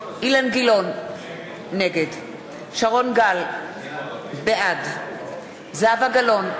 אילן גילאון, נגד שרון גל, בעד זהבה גלאון,